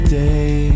day